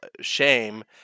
shame